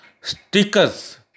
stickers